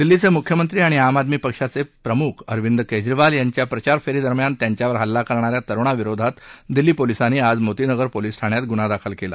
दिल्लीचे मुख्यमंत्री आणि आम आदमी पक्षाचे प्रमुख अरविंद केजरीवाल यांच्या प्रचारफेरीदरम्यान त्यांच्यावर हल्ला करणाऱ्या तरुणाविरोधात दिल्ली पोलिसांनी आज मोतीनगर पोलीस ठाण्यात गुन्हा दाखल केला